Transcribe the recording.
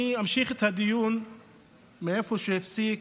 אני אמשיך את הדיון מאיפה שהפסיק